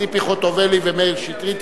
ציפי חוטובלי ומאיר שטרית,